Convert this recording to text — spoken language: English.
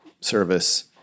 service